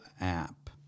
app